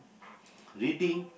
reading